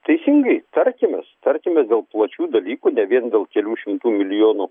teisingai tarkimės tarkimės dėl plačių dalykų ne vien dėl kelių šimtų milijonų